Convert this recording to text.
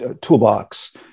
toolbox